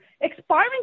expiring